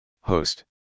host